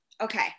okay